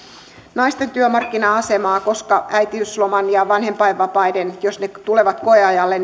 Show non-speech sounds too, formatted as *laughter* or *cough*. naisten työmarkkina asemaa koska äitiysloman ja vanhempainvapaiden jos ne tulevat koeajalle *unintelligible*